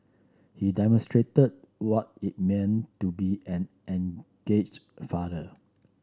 he demonstrated what it mean to be an engaged father